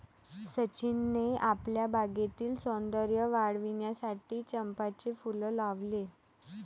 सचिनने आपल्या बागेतील सौंदर्य वाढविण्यासाठी चंपाचे फूल लावले